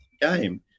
game